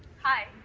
hi!